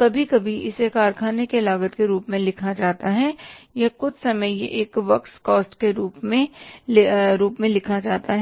कभी कभी इसे कारखाने की लागत के रूप में लिखा जाता है या कुछ समय यह एक वर्क्स कॉस्ट के रूप में है